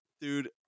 dude